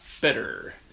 better